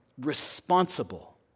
responsible